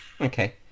Okay